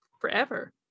forever